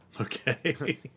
Okay